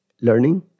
learning